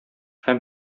һәм